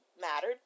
mattered